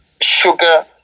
sugar